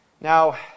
Now